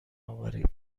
آوریم